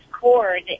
cord